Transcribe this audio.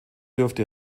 dürfte